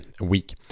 week